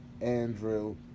Andrew